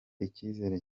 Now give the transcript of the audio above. icyizere